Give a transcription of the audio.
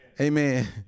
amen